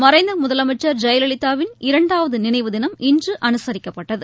மறைந்த முதலமைச்சர் ஜெயலலிதாவின் இரண்டாவது நினைவு தினம் இன்று அனுசரிக்கப்பட்டது